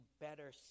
better